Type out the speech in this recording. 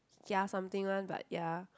kia something one but ya